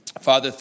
Father